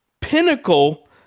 pinnacle